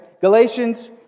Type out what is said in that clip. Galatians